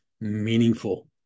meaningful